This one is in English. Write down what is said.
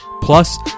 Plus